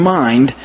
mind